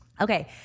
Okay